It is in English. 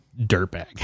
dirtbag